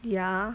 ya